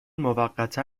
موقتا